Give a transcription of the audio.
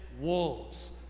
wolves